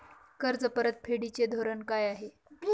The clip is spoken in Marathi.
कर्ज परतफेडीचे धोरण काय आहे?